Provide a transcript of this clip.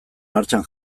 martxan